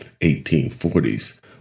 1840s